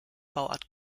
bauart